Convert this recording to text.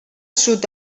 sud